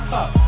up